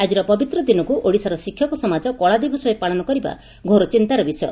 ଆଜିର ପବିତ୍ର ଦିନକ ଓଡ଼ିଶାର ଶିକ୍ଷକ ସମାଜ କଳା ଦିବସ ଭାବେ ପାଳନ କରିବା ଘୋର ଚିନ୍ତାର ବିଷୟ